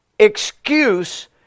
excuse